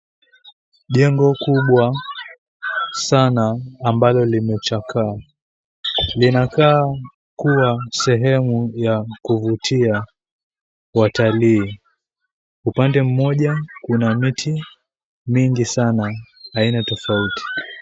Jengo kubwa sana ambalo limechakaa, linakaa kuwa sehemu ya kuvutia watalii. Upande mmoja kuna miti mingi sana aina tofauti.